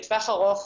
לטווח ארוך,